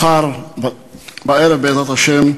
מחר בערב, בעזרת השם,